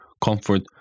comfort